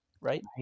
right